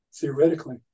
theoretically